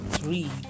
three